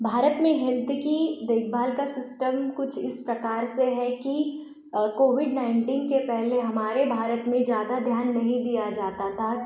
भारत में हेल्थ की देखभाल का सिस्टम कुछ इस प्रकार से है कि कोविड नाइन्टीन के पहले हमारे भारत में ज़्यादा ध्यान नहीं दिया जाता था